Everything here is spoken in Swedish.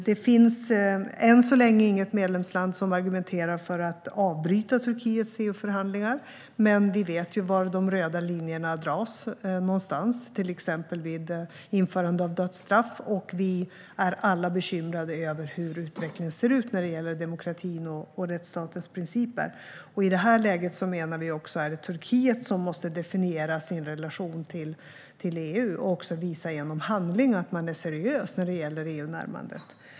Än så länge är det inget medlemsland som argumenterar för att Turkiets EU-förhandlingar ska avbrytas. Men vi vet var de röda linjerna dras, till exempel vid införande av dödsstraff. Och vi är alla bekymrade över utvecklingen när det gäller demokratin och rättsstatens principer. I det här läget menar vi att det är Turkiet som måste definiera sin relation till EU och visa genom handling att man är seriös när det gäller EU-närmandet.